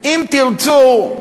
אם תרצו,